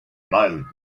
mild